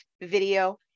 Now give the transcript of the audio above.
video